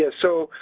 yeah so,